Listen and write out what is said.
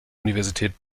universität